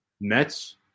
Mets